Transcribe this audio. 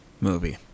movie